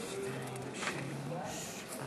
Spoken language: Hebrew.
תודה רבה למזכירות הכנסת.